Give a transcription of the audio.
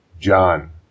John